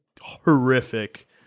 horrific